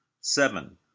Seven